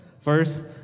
First